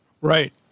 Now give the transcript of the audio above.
Right